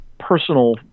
personal